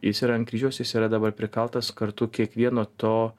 jis yra ant kryžiaus jis yra dabar prikaltas kartu kiekvieno to